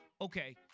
okay